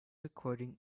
recording